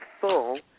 full